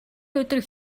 өдөр